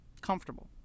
comfortable